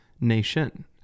nation